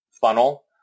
funnel